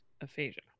aphasia